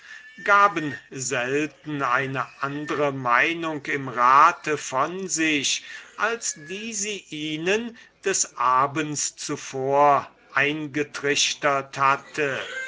gaben selten eine andre meinung im rat von sich als die sie ihnen des abends zuvor eingetrichtert hatte